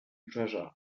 treasure